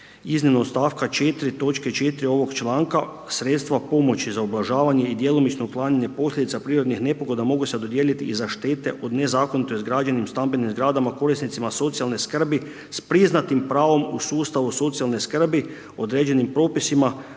iznimno od stavka 4. točke 4. ovog članka sredstva pomoći za ublažavanje i djelomično uklanjanje posljedica prirodnih nepogoda mogu se dodijeliti i za štete od nezakonito izgrađenim stambenim zgradama korisnicima socijalne skrbi s priznatim pravom u sustavu socijalne skrbi, određenim propisima